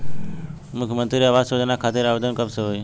मुख्यमंत्री आवास योजना खातिर आवेदन कब से होई?